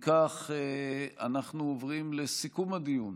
אם כך, אנחנו עוברים לסיכום הדיון,